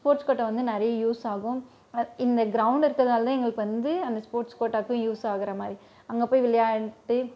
sports quota வந்து நிறைய use ஆகும் இந்த கிரௌண்டு இருக்கிறதுனால தான் எங்களுக்கு வந்து அந்த ஸ்போர்ட்ஸ் கோட்டாவுக்கு யூஸ் ஆகிற மாதிரி அங்கே போய் விளையான்ட்டு